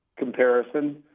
comparison